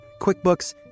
QuickBooks